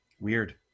weird